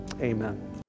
Amen